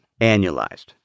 annualized